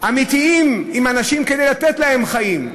אמיתיים עם אנשים כדי לתת להם חיים,